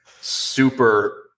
super